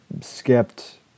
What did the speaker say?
skipped